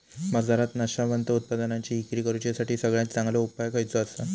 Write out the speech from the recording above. बाजारात नाशवंत उत्पादनांची इक्री करुच्यासाठी सगळ्यात चांगलो उपाय खयचो आसा?